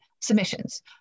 submissions